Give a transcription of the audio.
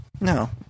No